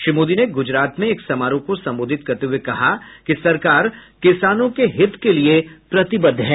श्री मोदी गुजरात में एक समारोह को संबोधित करते हुए कहा कि सरकार किसानों के हित के लिए प्रतिबद्ध है